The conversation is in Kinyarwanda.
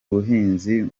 ubuhinzi